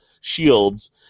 Shields